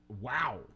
Wow